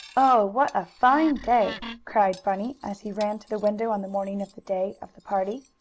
oh, what a fine day! cried bunny, as he ran to the window on the morning of the day of the party.